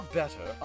better